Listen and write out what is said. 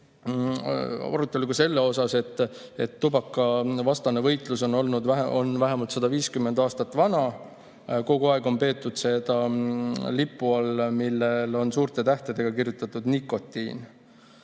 ka arutelu selle üle, et tubakavastane võitlus on vähemalt 150 aastat vana. Kogu aeg on peetud seda lipu all, millele on suurte tähtedega kirjutatud NIKOTIIN.